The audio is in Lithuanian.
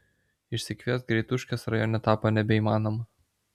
išsikviest greituškės rajone tapo nebeįmanoma